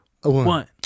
One